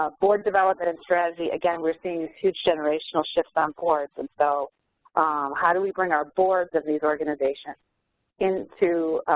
board development and strategy, again, we're seeing a huge generational shift on boards and so how do we bring our boards of these organizations into,